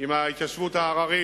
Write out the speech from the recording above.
עם ההתיישבות ההררית,